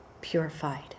Purified